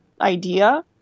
idea